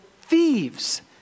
thieves